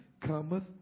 cometh